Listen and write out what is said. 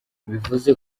bivuze